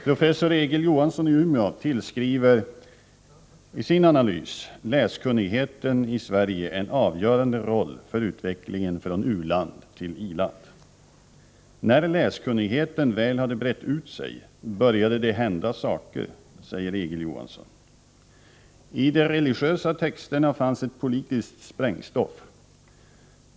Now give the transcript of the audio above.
Professor Egil Johansson i Umeå tillskriver i sin analys läskunnigheten i Sverige en avgörande roll för utvecklingen från u-land till i-land. ”När läskunnigheten väl hade brett ut sig började det hända saker”, säger Egil Johansson. ”I de religiösa texterna fanns ett politiskt sprängstoff.